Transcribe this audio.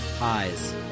eyes